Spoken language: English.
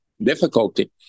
difficulty